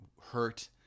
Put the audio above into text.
hurt